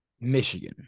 Michigan